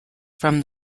from